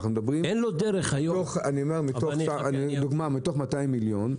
מתוך 200 מיליון,